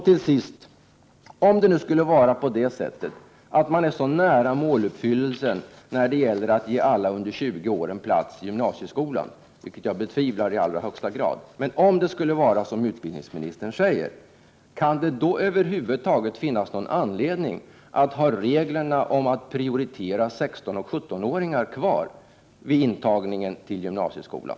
Till sist: Om man nu, som utbildningsministern säger, skulle vara så nära att uppfylla målet att ge alla under 20 år en plats i gymnasieskolan, vilket jag i allra högsta grad betvivlar, kan det då över huvud taget finnas någon anledning till att ha kvar reglerna om att prioritera 16 och 17-åringar vid intagningen till gymnasieskolan?